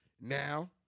now